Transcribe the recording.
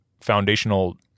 foundational